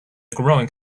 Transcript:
growing